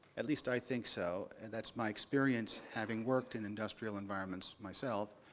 at least i think so. and that's my experience, having worked in industrial environments myself.